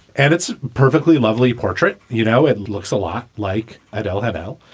and it's perfectly lovely portrait. you know, it looks a lot like adele hadow,